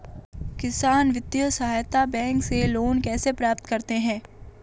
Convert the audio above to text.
किसान वित्तीय सहायता बैंक से लोंन कैसे प्राप्त करते हैं?